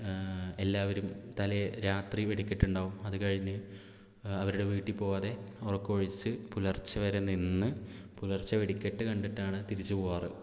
എല്ലാവരും തലേ രാത്രി വെടിക്കെട്ടുണ്ടാവും അത് കഴിഞ്ഞ് അവരുടെ വീട്ടിൽ പോകാതെ ഉറക്കമൊഴിച്ച് പുലർച്ച വരെ നിന്ന് പുലർച്ച വെടിക്കെട്ട് കണ്ടിട്ടാണ് തിരിച്ച് പോകാറ്